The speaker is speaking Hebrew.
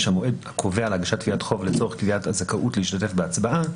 המועד הקובע להגשת תביעת חוב לצורך קביעת הזכאות להשתתף בהצבעה.